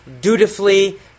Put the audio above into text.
dutifully